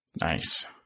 Nice